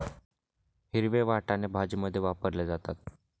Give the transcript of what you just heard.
हिरवे वाटाणे भाजीमध्ये वापरले जातात